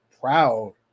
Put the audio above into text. proud